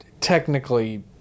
technically